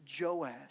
Joash